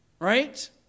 Right